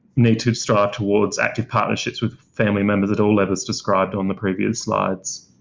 need to strive towards active partnerships with family members at all levels, described on the previous slides.